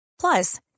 Plus